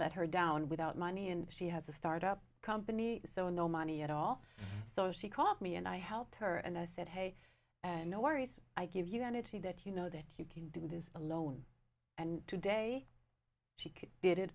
let her down without money and she had to start up company so no money at all so she caught me and i helped her and i said hey and no worries i give you the nitty that you know that you can do this alone and today she